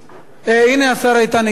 הנה השר איתן הגיע.